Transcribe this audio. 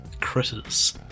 Critters